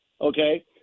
okay